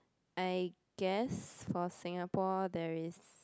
I guess for Singapore there is